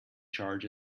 charge